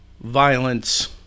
violence